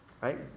right